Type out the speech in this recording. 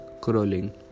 crawling